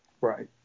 Right